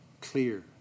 clear